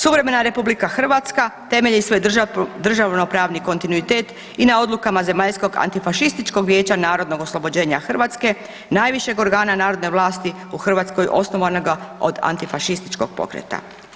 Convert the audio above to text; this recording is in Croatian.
Suverena RH temelj i svoj državnopravni kontinuitet i na odlukama zemaljskog antifašističkog vijeća narodnog oslobođenja Hrvatske najvišeg organa narodne vlasti u Hrvatskoj osnovanoga od antifašističkog pokreta.